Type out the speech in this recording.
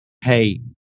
Hey